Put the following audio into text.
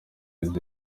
byo